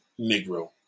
negro